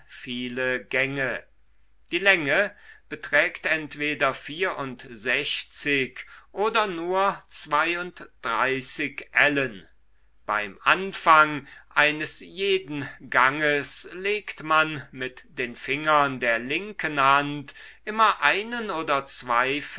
viele gänge die länge beträgt entweder oder nur zweiunddreißig ellen beim anfang eines jeden ganges legt man mit den fingern der linken hand immer einen oder zwei